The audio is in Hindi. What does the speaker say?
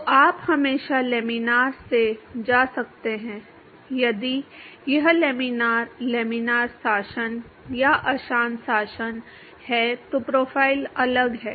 तो आप हमेशा लैमिनार से जा सकते हैं यदि यह लैमिनार लैमिनार शासन या अशांत शासन है तो प्रोफाइल अलग हैं